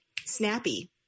snappy